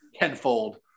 tenfold